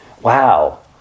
wow